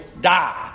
die